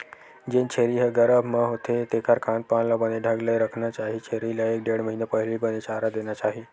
जेन छेरी ह गरभ म होथे तेखर खान पान ल बने ढंग ले रखना चाही छेरी ल एक ढ़ेड़ महिना पहिली बने चारा देना चाही